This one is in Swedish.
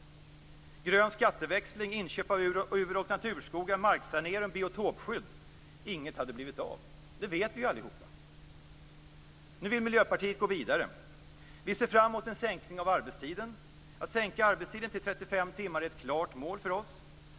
Grön skatteväxling, inköp av ur och naturskogar, marksanering, biotopskydd - inget hade blivit av. Det vet vi allihop. Nu vill Miljöpartiet gå vidare. Vi ser fram mot en sänkning av arbetstiden. Att sänka arbetstiden till 35 timmar är ett klart mål för oss.